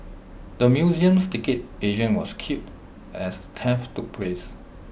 the museum's ticket agent was killed as theft took place